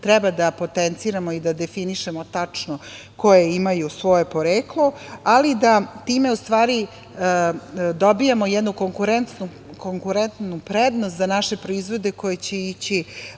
treba da potenciramo i da definišemo tačno koje imaju svoje poreklo, ali da time u stvari dobijemo jednu konkurentnu prednost za naše proizvode koji će ići